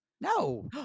No